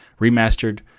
remastered